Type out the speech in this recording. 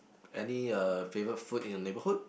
any favourite food in the neighborhood